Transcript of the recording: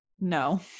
no